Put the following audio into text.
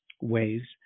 waves